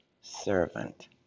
servant